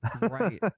Right